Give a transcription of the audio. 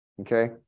okay